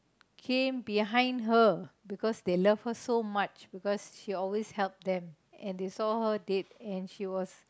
came behind her because they loved her so much because she always help them and they saw her dead and she was